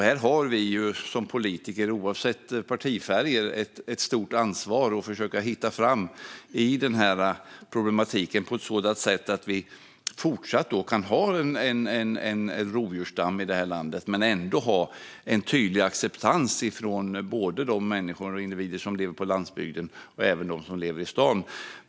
Här har vi som politiker, oavsett partifärg, ett stort ansvar att försöka lösa problemet på ett sådant sätt att vi kan fortsätta att ha en rovdjursstam i det här landet men ändå ha en tydlig acceptans från både de människor och individer som lever på landsbygden och de som lever i stan.